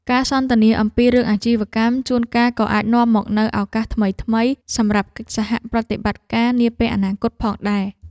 ការសន្ទនាអំពីរឿងអាជីវកម្មជួនកាលក៏អាចនាំមកនូវឱកាសថ្មីៗសម្រាប់កិច្ចសហប្រតិបត្តិការនាពេលអនាគតផងដែរ។